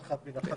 נוסח.